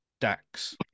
Dax